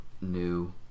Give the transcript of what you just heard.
new